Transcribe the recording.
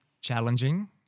challenging